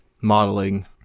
modeling